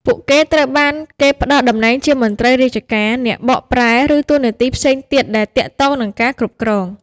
ពួកគេត្រូវបានគេផ្តល់តំណែងជាមន្ត្រីរាជការ អ្នកបកប្រែ ឬតួនាទីផ្សេងទៀតដែលទាក់ទងនឹងការគ្រប់គ្រង។